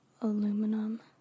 Aluminum